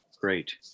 Great